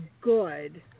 good